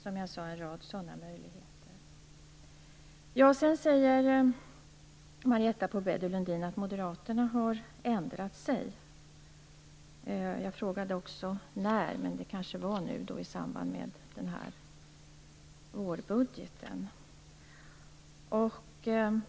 Sedan säger Marietta de Pourbaix-Lundin att Moderaterna har ändrat sig. Jag frågade när Moderaterna ändrade sig. Det kanske skedde i samband med vårbudgeten.